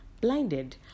blinded